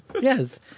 Yes